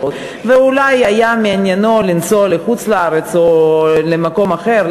ואולי היה מעניינו לנסוע לחוץ-לארץ או למקום אחר,